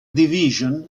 division